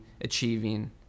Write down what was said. achieving